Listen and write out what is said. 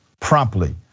promptly